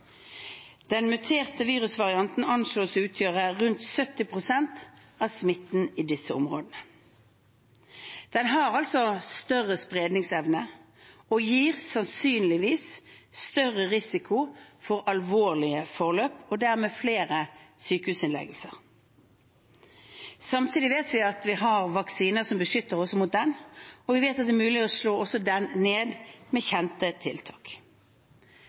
Den muterte virusvarianten anslås å utgjøre rundt 70 pst. av smitten i disse områdene. Den har større spredningsevne og gir sannsynligvis større risiko for alvorlig forløp og dermed flere sykehusinnleggelser. Samtidig vet vi at vi har vaksiner som beskytter også mot den, og vi vet at det er mulig å slå også den ned med kjente tiltak.